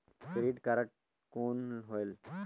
Credit card कौन होएल?